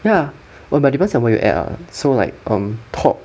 ya !wah! but depends on where you are so like um top